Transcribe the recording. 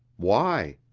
why?